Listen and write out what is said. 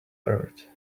bird